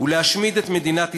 הוא להשמיד את מדינת ישראל,